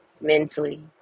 mentally